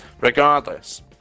regardless